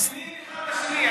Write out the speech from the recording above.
מתאימים אחד לשני, הכי מתאימים.